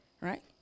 right